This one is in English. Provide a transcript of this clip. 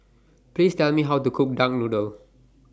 Please Tell Me How to Cook Duck Noodle